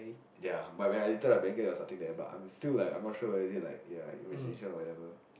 ya but when I I was talking to the air but I still like I'm not sure whether it's like ya whether it was my imagination or whatever